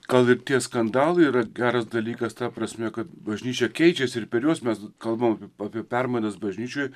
gal ir tie skandalai yra geras dalykas ta prasme kad bažnyčia keičiasi ir per juos mes kalbam apie permainas bažnyčioj